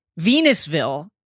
Venusville